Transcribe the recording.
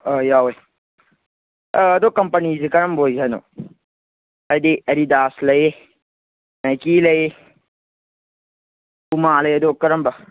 ꯑꯥ ꯌꯥꯎꯋꯤ ꯑꯗꯨ ꯀꯝꯄꯅꯤꯁꯤ ꯀꯔꯝꯕ ꯑꯣꯏꯁꯦ ꯍꯥꯏꯅꯣ ꯍꯥꯏꯗꯤ ꯑꯦꯗꯤꯗꯥꯁ ꯂꯩ ꯅꯥꯏꯀꯤ ꯂꯩ ꯄꯨꯃꯥ ꯂꯩ ꯑꯗꯣ ꯀꯔꯝꯕ